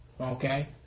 Okay